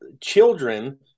children